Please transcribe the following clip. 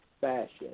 fashion